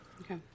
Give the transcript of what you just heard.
Okay